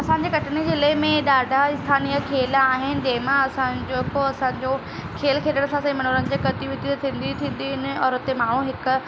असांजे कटनी जिले में ॾाढा इस्थानीय खेल आहिनि जंहिंमां असांजो जेको असांजो खेल खेॾण सां असांजे मनोरंजनु गतिविधियूं थींदी आहिनि और हुते माण्हूं हिक